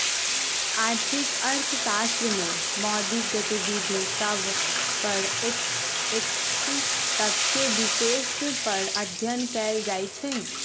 आर्थिक अर्थशास्त्र में मौद्रिक गतिविधि सभ पर एकटक्केँ विषय पर अध्ययन कएल जाइ छइ